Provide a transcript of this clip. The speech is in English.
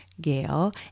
Gail